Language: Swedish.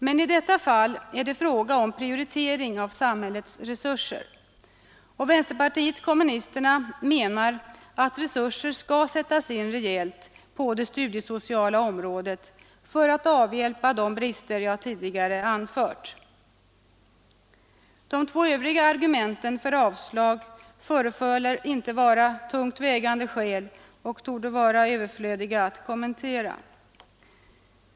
Men i detta fall är det fråga om prioritering av samhällets resurser, och vänsterpartiet kommunisterna menar att rejäla resurser skall sättas in på det studiesociala området för att avhjälpa de brister jag tidigare anfört. De två övriga argumenten för avslag förefaller inte vara tungt vägande, och det torde vara överflödigt att kommentera dem.